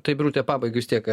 tai birute pabaigai vis tiek